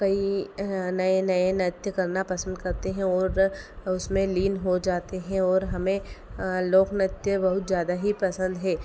कई नए नए नृत्य करना पसंद करते हैं और उसमें लीन हो जाते हैं और हमें लोक नृत्य बहुत ज़्यादा ही पसंद हैं